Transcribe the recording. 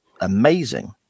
amazing